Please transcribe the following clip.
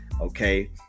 okay